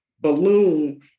balloon